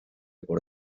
por